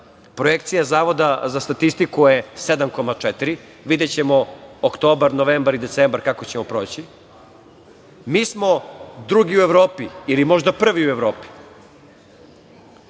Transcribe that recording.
projekcija Zavoda za statistiku je 7,4%, videćemo oktobar, novembar i decembar kako ćemo proći. Mi smo drugi u Evropi ili možda prvi u Evropi.